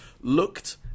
looked